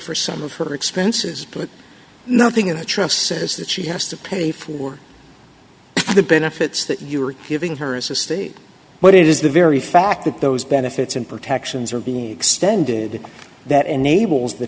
for some of her expenses but nothing in the trust says that she has to pay for the benefits that you are giving her as a state but it is the very fact that those benefits and protections are being extended that enables the